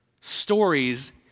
Stories